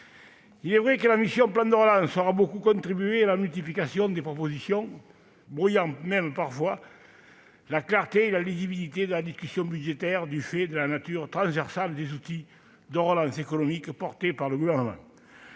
Il est vrai que la mission « Plan de relance » aura beaucoup contribué à la multiplication des propositions, brouillant même parfois la clarté et la lisibilité de la discussion budgétaire, du fait de la nature transversale des outils de relance économique portés par le Gouvernement.